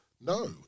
no